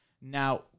Now